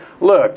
look